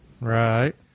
right